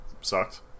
sucked